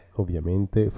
ovviamente